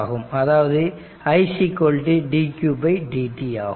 அதாவது i dqdt ஆகும்